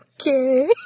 okay